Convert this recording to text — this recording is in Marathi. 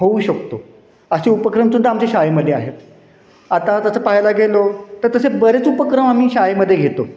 होऊ शकतो असे उपक्रम सुद्धा आमच्या शाळेमध्ये आहेत आता तसं पाहायला गेलो तर तसे बरेच उपक्रम आम्ही शाळेमध्ये घेतो